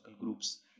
groups